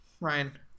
Ryan